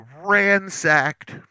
ransacked